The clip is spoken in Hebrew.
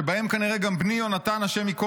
שבהם כנראה גם בני יהונתן הי"ד,